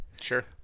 Sure